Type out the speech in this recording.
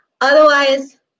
otherwise